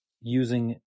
using